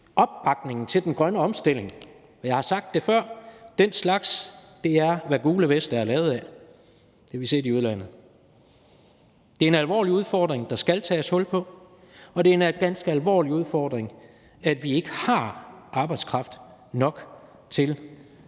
til opbakningen til den grønne omstilling. Jeg har sagt det før: Den slags er, hvad gule veste er lavet af. Det har vi set i udlandet. Det er en alvorlig udfordring, der skal tages hul på, og det er også en ganske alvorlig udfordring, at vi ikke har arbejdskraft nok til at levere